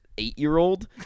eight-year-old